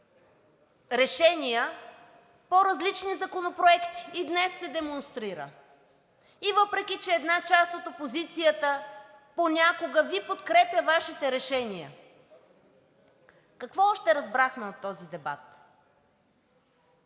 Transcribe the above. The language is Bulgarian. решения по различни законопроекти. И днес се демонстрира, въпреки че една част от опозицията понякога подкрепя Вашите решения. Какво още разбрахме от този дебат?